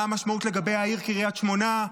מה המשמעות לגבי העיר קריית שמונה?